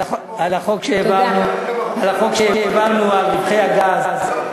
על החוק שהעברנו על רווחי הגז,